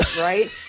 right